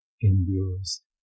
endures